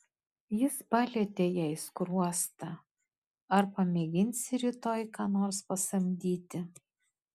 jis palietė jai skruostą ar pamėginsi rytoj ką nors pasamdyti